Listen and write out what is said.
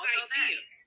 ideas